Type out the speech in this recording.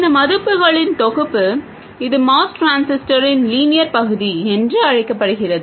இந்த மதிப்புகளின் தொகுப்பு இது MOS டிரான்சிஸ்டரின் லீனியர் பகுதி என்று அழைக்கப்படுகிறது